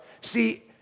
See